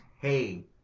hey